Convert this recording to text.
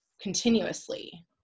continuously